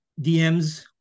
DMs